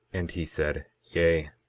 and he said yea,